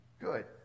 good